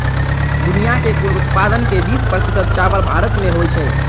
दुनिया के कुल उत्पादन के बीस प्रतिशत चावल भारत मे होइ छै